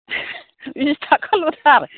बिस थाखाल'थार